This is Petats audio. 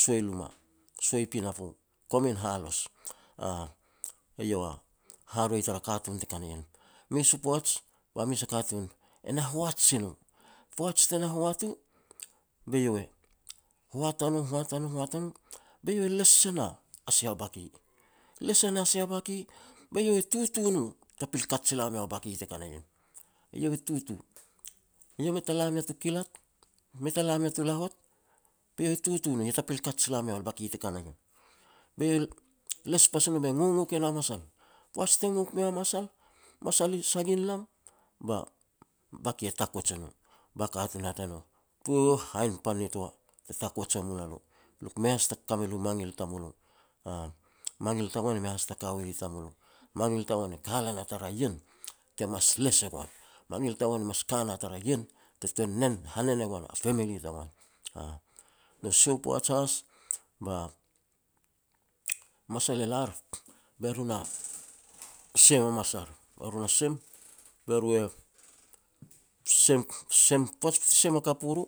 sua i luma, sua i pinapo, komin halos." Eiau haroi tara katun te ka na ien. Mes u poaj, ba mes a katun e na hoat si no. Poaj te na hoat u, be iau e hoat a n, hoat a no, hoat a no, be iau e les se na sia bake. Les e na sia bake be iau e tutu no, ta pil kat sila meau a bake te ka na ien. Eiau e tutu, iau mei ta la mea tu kilat, mei ta la mea tu lahot, be iau e tutu no yah ta pil kat sila meau a bake te ka na ien. Be les pas e nam be ngongok e na masal, poaj te ngok meiau a masal, masal i sagin lam ba bake e takuij e no. Puh!, hainpan nitoa te takuij wa mul la lo, le ku mei has taka ka me lu mangil tamulo, aah, mangil tagoan e mei has ta ka wa li tamulo, mangil tagoan e ka lan a tara ien te mas les e goan, mangil tagoan e mas ka na tara ien te ten nen, te ten nen hanen e goan a family tagoan, aah. Nu sia u poaj has, ba masal e lar be ru na sem hamas ar be ru na sem, be ru e sem-sem, poaj ti sem hakap u ru